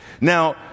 Now